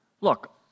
look